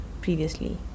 previously